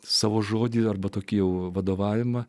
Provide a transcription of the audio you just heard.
savo žodį arba tokie jau vadovavimą